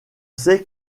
sait